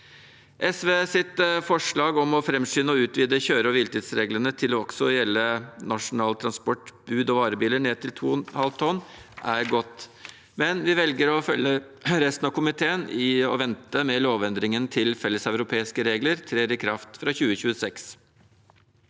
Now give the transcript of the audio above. SVs forslag om å framskynde og utvide kjøre- og hviletidsreglene til også å gjelde nasjonal transport-, budog varebiler ned til 2,5 tonn er godt, men vi velger å følge resten av komiteen i å vente med lovendringen til felleseuropeiske regler trer i kraft fra 2026.